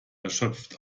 erschöpft